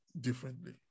differently